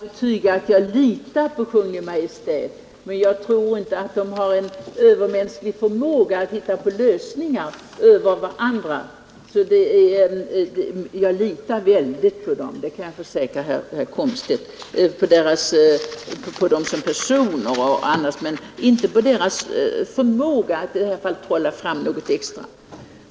Herr talman! Jag vill betyga att jag litar på Kungl. Maj:t, men jag tror inte att Kungl. Maj:t har en övermänsklig förmåga att hitta på lösningar. Jag litar väldigt på dem som sitter i regeringen, det kan jag försäkra herr Komstedt, jag litar på dem som personer och i övrigt men inte på deras förmåga att här trolla fram något extra.